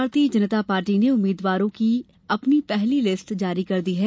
भारतीय जनता पार्टी ने उम्मीद्वारों की अपनी पहली लिस्ट जारी कर दी है